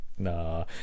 nah